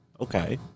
Okay